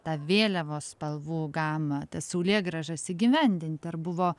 tą vėliavos spalvų gamą tas saulėgrąžas įgyvendinti ar buvo